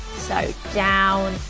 so down,